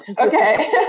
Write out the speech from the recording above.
Okay